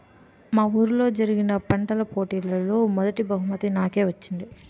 మా వూరిలో జరిగిన పంటల పోటీలలో మొదటీ బహుమతి నాకే వచ్చింది